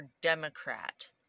Democrat